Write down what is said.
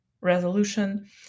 resolution